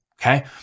Okay